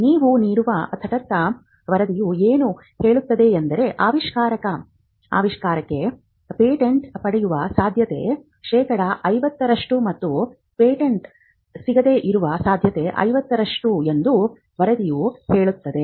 ನೀವು ನೀಡುವ ತಟಸ್ಥ ವರದಿಯು ಏನು ಹೇಳುವುದೆಂದರೆ ಆವಿಷ್ಕಾರಕರ ಆವಿಷ್ಕಾರಕ್ಕೆ ಪೇಟೆಂಟ್ ಪಡೆಯುವ ಸಾಧ್ಯತೆ ಶೇಕಡಾ 50ರಷ್ಟು ಮತ್ತು ಪೇಟೆಂಟ್ ಸಿಗದೆ ಇರುವ ಸಾಧ್ಯತೆ 50ರಷ್ಟು ಎಂದು ವರದಿಯು ಹೇಳುತ್ತದೆ